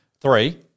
three